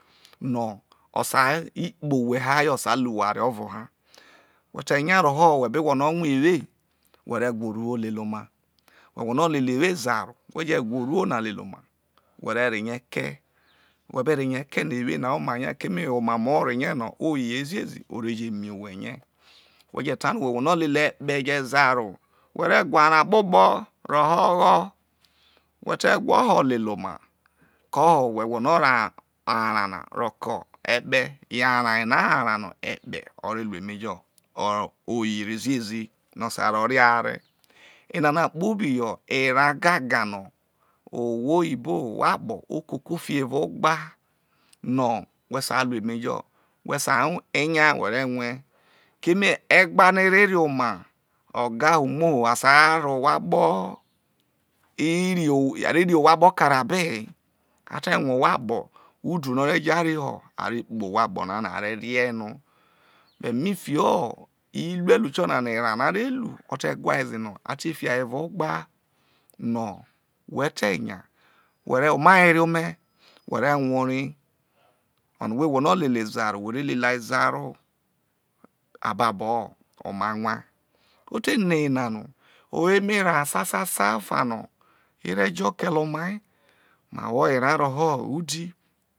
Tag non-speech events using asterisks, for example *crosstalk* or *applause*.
No̠ o̠ sai kpe owho hayo ru oware buo ho who te̠nya roho̠ who be gwolo mu ewe who re gua oruwo lele oma whe̠ gwolo lele lwe zaharo whe̠ je gwa oruwo na lele oma whe̠re̠ rehie kee whe be reheie kee na ewo na omarie keme yo̠ omam o ore ne̠ no̠ o ye ziezi o reje mi owhe̠ ne̠ whe̠ je̠ ta no̠ whe̠ tele e̠kpe̠ je zaharo whe re gwa arao kpokpo̠ roho o̠ha whe te gwadio lele oma koyeho̠ whe gwolo reho̠ arao na ro̠ke̠ e̠kpe̠ yo̠ arao yena yo̠ arao no̠ e̠kpe̠ ore ru emejo̠ o̠ re o̠ o yeri zi ezi no̠ o̠ sai ro̠ re o̠re enana kpobi yo̠ erao gaga no̠ ohwo oyibo ohwo okpo̠ okufiho̠ evao ogba no̠ whe sairu eejo whe sai nya whe̠ re rue *unintelligible* keme egba no e reri oma o̠ gawo umuo hoa sai ro̠ ohwo akpo̠ iri are̠ rri ohwo akpo̠ kare abe he a le rue̠ ohwo akpo̠ udu no̠ o̠ rejaron ho̠ are kpe ohwo akpo̠ nano a re̠ rie no but fiki irueru tionano̠ erao na areru o̠ te̠ wha eze no̠ ate̠ fiai ho̠ evao ogba no̠ whe̠te̠ nya where rie oma were ome̠ whe̠ re̠ rue̠ eni o̠no̠ whe gwolo lelezaro whe re klei zaro ababo oma onwa o teno eyena no o wo emerao sa sa no̠ e re̠ jo̠ kele omai ma wo erao wo̠ho̠ udhi.